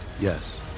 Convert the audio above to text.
Yes